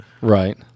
Right